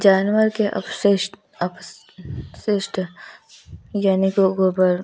जानवर के अवशिष्ट अवशिष्ट यानि कि गोबर